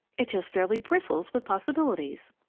it just fairly bristles with possibilities!